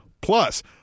Plus